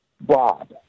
Bob